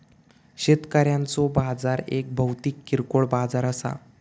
शेतकऱ्यांचो बाजार एक भौतिक किरकोळ बाजार असा